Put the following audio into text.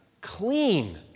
Clean